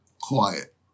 Quiet